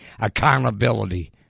accountability